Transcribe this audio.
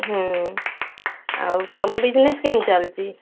ହୁଁ ଆଉ ତୁମ ବିଜନେସ୍ କେମିତି ଚାଲିଛି